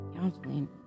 counseling